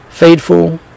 faithful